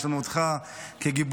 יש לנו אותך כגיבוי.